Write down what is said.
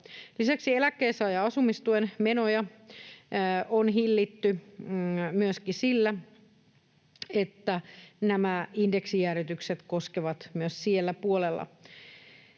Lisäksi eläkkeensaajan asumistuen menoja on hillitty myöskin sillä, että nämä indeksijäädytykset koskevat myös siellä puolella.